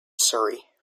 surrey